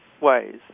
ways